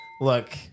Look